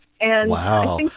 Wow